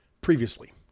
previously